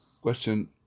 Question